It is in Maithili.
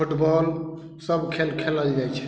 फुटबॉल सब खेल खेलल जाइ छै